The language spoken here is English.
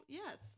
yes